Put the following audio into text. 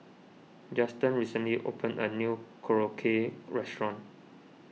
Justen recently opened a new Korokke restaurant